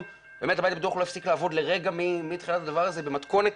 הבית הפתוח לא הפסיק לעבוד לרגע מתחילת הדבר הזה במתכונת